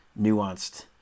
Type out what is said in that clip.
nuanced